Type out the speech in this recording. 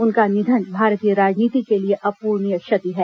उनका निधन भारतीय राजनीति के लिए अप्रणीय क्षति है